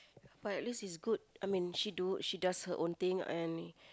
but at least is good I mean she do she does her own thing I any